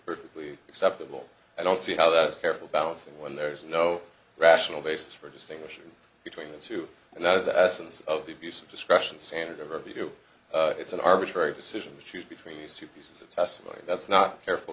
perfectly acceptable i don't see how that's careful balancing when there is no rational basis for distinguishing between the two and that is the essence of the abuse of discretion standard of review it's an arbitrary decision to choose between these two pieces of testimony that's not careful